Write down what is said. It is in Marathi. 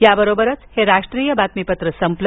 याबरोबरच हे राष्ट्रीय बातमीपत्र संपलं